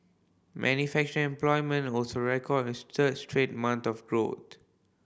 manufacturing employment also recorded its third straight month of growth